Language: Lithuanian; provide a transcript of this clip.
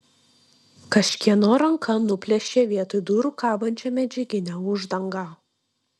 kažkieno ranka nuplėšė vietoj durų kabančią medžiaginę uždangą